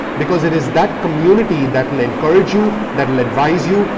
because it is that community that will encourage you, that will advise you,